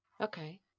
Okay